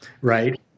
right